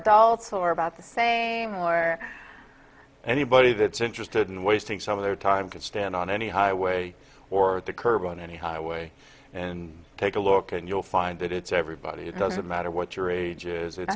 adults or about the same or anybody that's interested in wasting some of their time can stand on any highway or the curb on any highway and take a look and you'll find that it's everybody it doesn't matter what your age is it